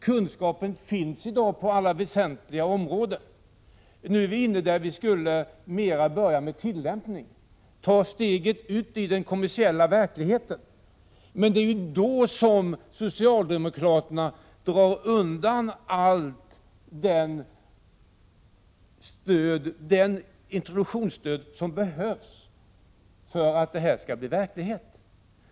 Kunskap finns i dag på alla väsentliga områden, och nu är vi där vi skulle börja mer med tillämpning och ta steget ut i den kommersiella verkligheten. Men det är då som socialdemokraterna drar undan allt det introduktionsstöd som behövs för att det hela skall bli verklighet.